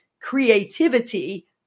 creativity